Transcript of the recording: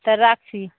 তা রাখছি